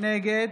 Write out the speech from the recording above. נגד